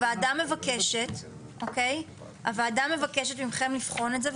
הוועדה מבקשת מכם לבחון את זה,